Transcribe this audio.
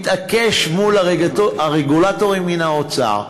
מתעקש מול הרגולטורים מהאוצר,